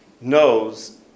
knows